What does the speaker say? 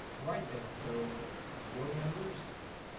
ah right, then. so board members,